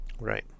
Right